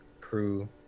crew